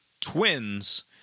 twins